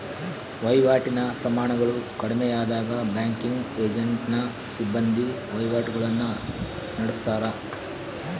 ವಹಿವಾಟಿನ ಪ್ರಮಾಣಗಳು ಕಡಿಮೆಯಾದಾಗ ಬ್ಯಾಂಕಿಂಗ್ ಏಜೆಂಟ್ನ ಸಿಬ್ಬಂದಿ ವಹಿವಾಟುಗುಳ್ನ ನಡತ್ತಾರ